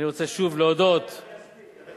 אני רוצה שוב להודות, איך אני אספיק?